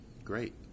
great